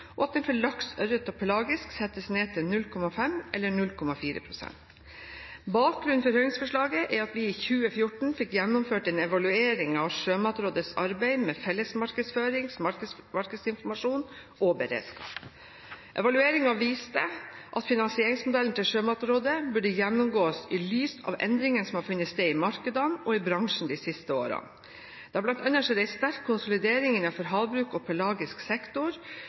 og at den for laks, ørret og pelagisk fisk settes ned til 0,5 pst. eller 0,4 pst. Bakgrunnen for høringsforslaget er at vi i 2014 fikk gjennomført en evaluering av Sjømatrådets arbeid med fellesmarkedsføring, markedsinformasjon og beredskap. Evalueringen viste at finansieringsmodellen til Sjømatrådet burde gjennomgås i lys av endringene som har funnet sted i markedene og i bransjen de siste årene. Det har bl.a. skjedd en sterk konsolidering innenfor havbruk og pelagisk sektor,